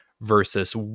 versus